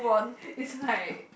it's like